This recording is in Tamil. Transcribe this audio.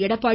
எடப்பாடி